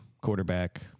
quarterback